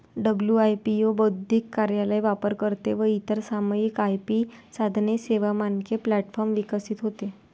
WIPO बौद्धिक कार्यालय, वापरकर्ते व इतर सामायिक आय.पी साधने, सेवा, मानके प्लॅटफॉर्म विकसित होते